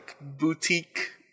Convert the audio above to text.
boutique